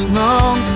long